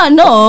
no